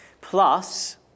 Plus